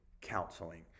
counseling